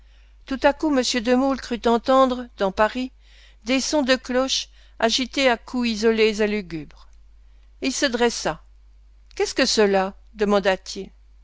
tout à coup m de maulle crut entendre dans paris des sons de cloches agitées à coups isolés et lugubres il se dressa qu'est-ce que cela demanda-t-il